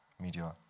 media